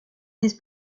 his